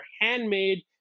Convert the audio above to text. handmade